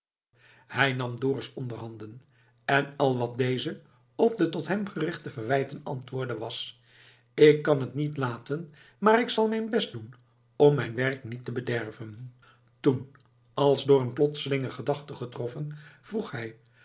hij nam dorus onderhanden en al wat deze op de tot hem gerichte verwijten antwoordde was ik kan het niet laten maar ik zal mijn best doen om mijn werk niet te bederven toen als door een plotselinge gedachte getroffen vroeg hij